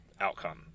outcome